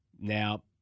Now